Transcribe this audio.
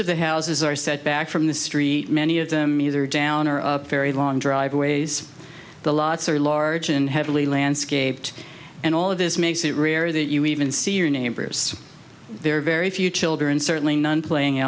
of the houses are set back from the street many of them either down or up very long driveways the lots are large and heavily landscaped and all of this makes it rare that you even see your neighbors there are very few children certainly none playing